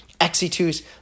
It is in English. exitus